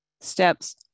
Steps